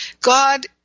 God